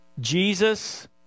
Jesus